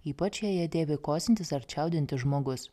ypač jei ją dėvi kosintis ar čiaudintis žmogus